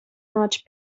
match